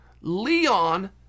Leon